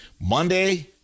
Monday